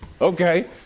Okay